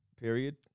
period